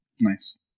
Nice